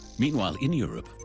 meanwhile, in europe,